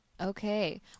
Okay